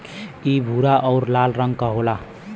इ भूरा आउर लाल रंग क होला